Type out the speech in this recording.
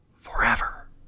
forever